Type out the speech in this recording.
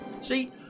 see